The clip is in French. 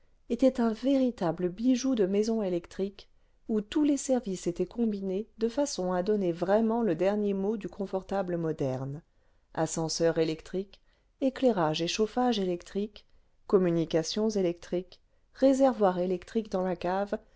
était un véritable bijou de maison électrique où tous les services étaient combinés de façon à donner vraiment le dernier mot du confortable moderne ascenseurs électriques éclairage et chauffage électriques communications électriques réservoir électrique dans la cave